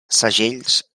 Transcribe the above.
segells